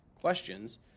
questions